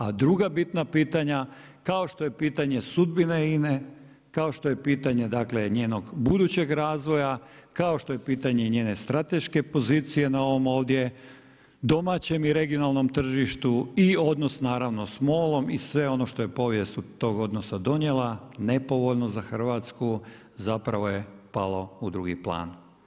A druga bitna pitanja kao što je pitanje sudbine INA-e, kao što je pitanje, dakle njenog budućeg razvoja, kao što je pitanje njene strateške pozicije na ovom ovdje domaćem i regionalnom tržištu i odnos naravno sa MOL-om i sve ono što je povijest od tog odnosa donijela nepovoljno za Hrvatsku zapravo je palo u drugi plan.